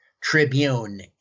Tribune